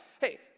Hey